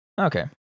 Okay